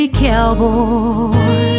cowboy